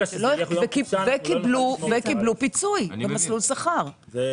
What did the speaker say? וקיבלו פיצוי במסלול שכר.